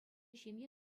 ҫемье